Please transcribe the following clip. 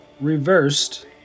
Reversed